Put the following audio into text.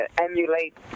emulate